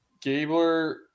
Gabler